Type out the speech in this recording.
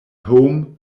home